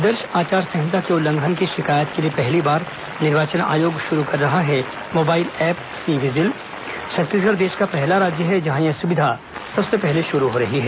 आदर्श आचार संहिता के उल्लंघन की शिकायत के लिए पहली बार निर्वाचन आयोग शुरू कर रहा है mobile app C vigil Chhattisgarh देश का पहला राज्य है जहां यह सुविधा सबसे पहले शुरू हो रही है